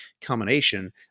combination